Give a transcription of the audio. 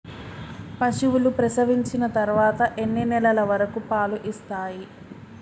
పశువులు ప్రసవించిన తర్వాత ఎన్ని నెలల వరకు పాలు ఇస్తాయి?